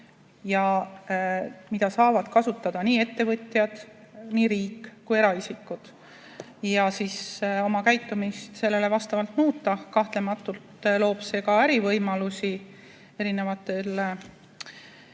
mida saavad kasutada nii ettevõtjad, riik kui ka eraisikud ja siis oma käitumist sellele vastavalt muuta. Kahtlemata loob see ka ärivõimalusi erinevatele